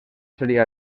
seria